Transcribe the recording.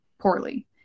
poorly